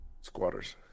Squatters